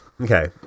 Okay